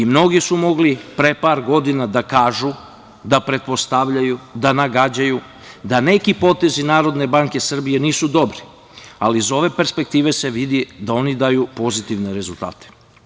Mnogi su mogli pre par godina da kažu da pretpostavljaju, da nagađaju, da neki potezi Narodne banke Srbije nisu dobri, ali iz ove perspektive se vidi da oni daju pozitivne rezultate.